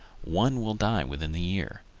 one will die within the year.